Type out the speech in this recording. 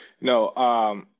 No